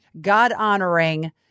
God-honoring